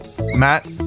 Matt